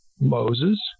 Moses